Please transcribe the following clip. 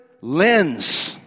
lens